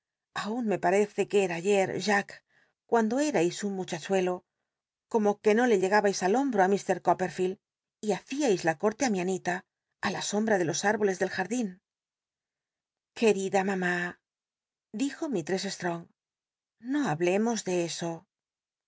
aun me parece que era ayer jack cuando erais un mnchachuelo como que no le llegabais al hombro ti llfr copperfield y hacíais la corte ti mi an ila ti la sombra de los tirboles del jardin querida mamá dijo mistress str'ong no hablemos ele eso